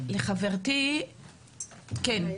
לחברתי, בבקשה.